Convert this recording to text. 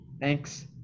Thanks